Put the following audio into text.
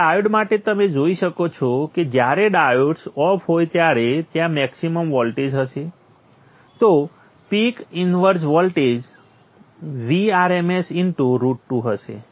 હવે ડાયોડ માટે તમે જોઇ શકો છો કે જ્યારે ડાયોડ્સ ઓફ હોય ત્યારે ત્યાં મેક્સીમમ વોલ્ટેજ હશે તો પીક ઇન્વર્સ વોલ્ટેજ Vrms √2 હશે